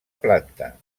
planta